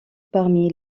parmi